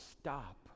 stop